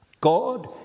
God